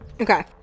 Okay